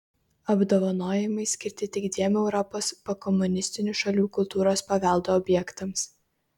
apdovanojimai skirti tik dviem europos pokomunistinių šalių kultūros paveldo objektams